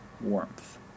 warmth